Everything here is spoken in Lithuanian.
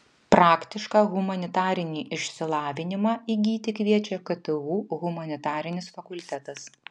praktišką humanitarinį išsilavinimą įgyti kviečia ktu humanitarinis fakultetas